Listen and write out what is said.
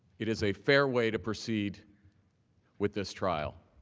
it is a fair way to proceed with this trial.